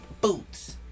boots